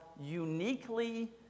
uniquely